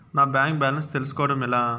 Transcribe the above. నా bank balance తెలుస్కోవడం ఎలా?